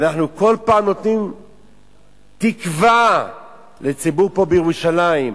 אנחנו כל פעם נותנים תקווה לציבור פה, בירושלים.